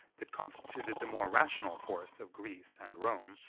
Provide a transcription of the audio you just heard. that constituted the more rational force of greece and rome,